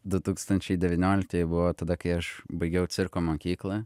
du tūkstančiai devynioliktieji buvo tada kai aš baigiau cirko mokyklą